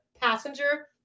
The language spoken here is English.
passenger